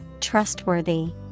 trustworthy